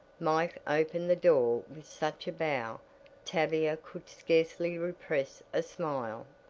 mike opened the door with such a bow tavia could scarcely repress a smile.